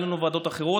אין לנו ועדות אחרות,